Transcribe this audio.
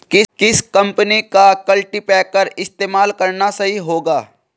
किस कंपनी का कल्टीपैकर इस्तेमाल करना सही होगा?